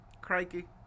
Crikey